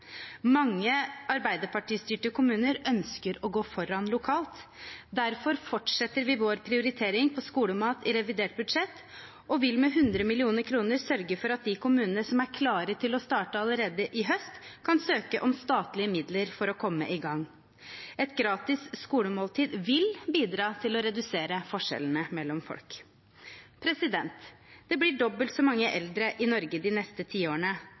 Mange Arbeiderparti-styrte kommuner ønsker å gå foran lokalt. Derfor fortsetter vi vår prioritering av skolemat i revidert budsjett, og vil med 100 mill. kr sørge for at de kommunene som er klare til å starte allerede i høst, kan søke om statlige midler for å komme i gang. Et gratis skolemåltid vil bidra til å redusere forskjellene mellom folk. Det blir dobbelt så mange eldre i Norge de neste